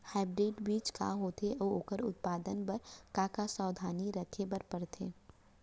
Hybrid बीज का होथे अऊ ओखर उत्पादन बर का का सावधानी रखे बर परथे?